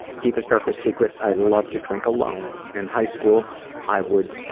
deepest darkest secrets, i love to drink alone. in high school i would,